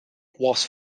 was